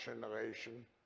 generation